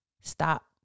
Stop